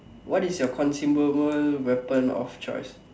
what is your consumable weapon of choice